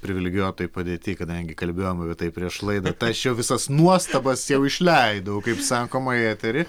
privilegijuotoj padėtyj kadangi kalbėjom apie tai prieš laidą ta aš jau visas nuostabas jau išleidau kaip sakoma į eterį